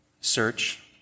search